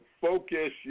focus